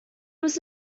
was